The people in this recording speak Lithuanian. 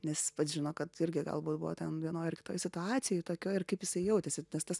nes pats žino kad irgi galbūt buvo ten vienoj ar kitoj situacijoj tokioj kaip jisai jautėsi nes tas